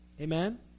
Amen